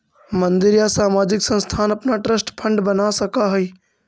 मंदिर या सामाजिक संस्थान अपना ट्रस्ट फंड बना सकऽ हई